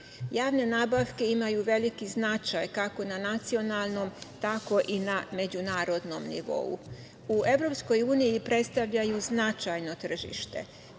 Javne nabavke imaju veliki značaj, kako na nacionalnom, tako i na međunarodnom nivou.U EU predstavljaju značajno tržište.